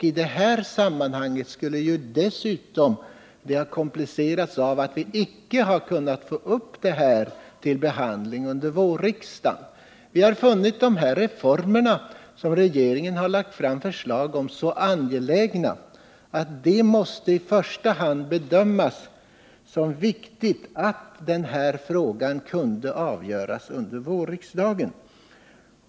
I det här sammanhanget skulle saken dessutom ha komplicerats av att vi icke skulle ha kunnat få upp frågan till behandling under vårriksdagen. Vi har ansett de reformer som regeringen har lagt fram förslag om så angelägna att det i första hand måste bedömas som viktigt att den här frågan kunde avgöras under våren.